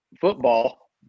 football